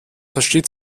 versteht